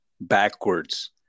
backwards